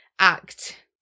act